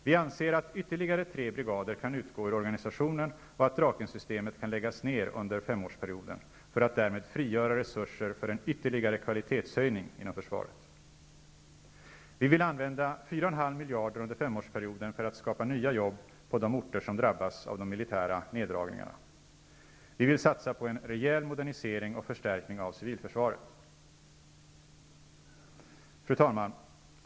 Vi anser att ytterligare tre brigader kan utgå ur organisationen och att Drakensystemet kan läggas ned under femårsperioden för att därmed frigöra resurser för en ytterligare kvalitetshöjning inom försvaret. -- Vi vill använda 4,5 miljarder under femårsperioden för att skapa nya jobb på de orter som drabbas av de militära neddragningarna. -- Vi vill satsa på en rejäl modernisering och förstärkning av civilförsvaret. Fru talman!